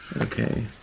Okay